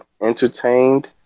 entertained